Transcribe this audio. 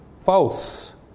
false